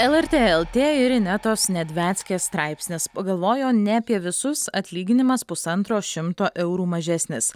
lrt lt ir inetos nedveckės straipsnis pagalvojo ne apie visus atlyginimas pusantro šimto eurų mažesnis